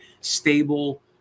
stable